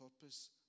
purpose